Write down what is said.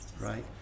right